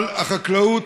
אבל החקלאות